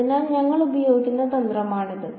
അതിനാൽ ഞങ്ങൾ ഉപയോഗിക്കുന്ന തന്ത്രമാണിത്